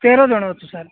ତେର ଜଣ ଅଛୁ ସାର୍